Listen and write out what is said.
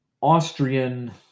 Austrian